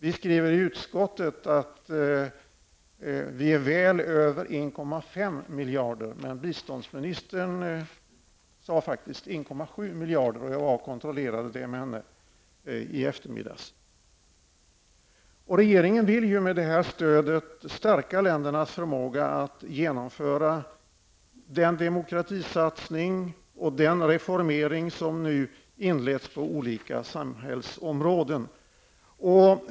Utskottet skriver att vi är väl över 1,5 miljarder, men biståndsministern sade faktiskt 1,7 miljarder, och jag kontrollerade det med henne i eftermiddags. Regeringen vill ju med det här stödet stärka ländernas förmåga att genomföra den demokratisatsning och den reformering som nu inletts på olika samhällsområden.